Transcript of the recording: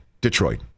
Detroit